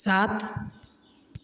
सात